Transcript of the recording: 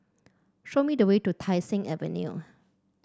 show me the way to Tai Seng Avenue